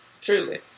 truly